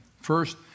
First